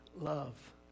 love